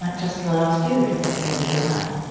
but just really ask you. you can go into all that.